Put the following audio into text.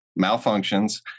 malfunctions